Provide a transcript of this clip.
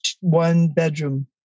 one-bedroom